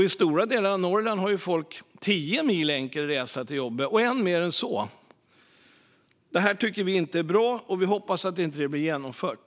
I stora delar av Norrland har ju folk tio mil enkel resa till jobbet eller mer än så. Det här tycker vi inte är bra, och vi hoppas att det inte blir genomfört.